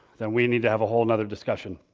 then we need to have a whole and other discussion.